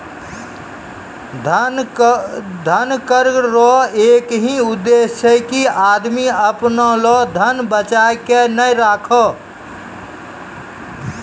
धन कर रो एक ही उद्देस छै की आदमी अपना लो धन बचाय के नै राखै